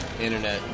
Internet